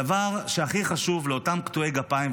הדבר שהכי חשוב לאותם קטועי גפיים,